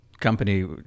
company